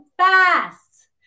fast